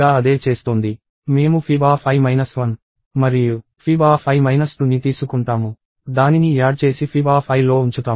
మేము fibi 1 మరియు fibi 2ని తీసుకుంటాము దానిని యాడ్ చేసి fibi లో ఉంచుతాము